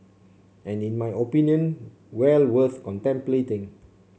and in my opinion well worth contemplating